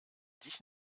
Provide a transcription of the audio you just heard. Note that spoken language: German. dich